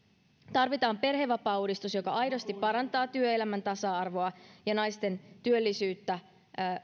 tarvitaan perhevapaauudistus joka aidosti parantaa työelämän tasa arvoa ja naisten työllisyyttä